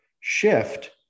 shift